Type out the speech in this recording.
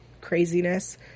craziness